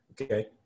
Okay